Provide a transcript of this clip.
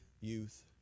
youth